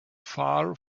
far